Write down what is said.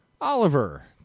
Oliver